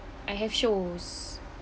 I have shows